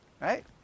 Right